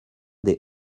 des